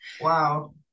Wow